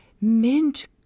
mint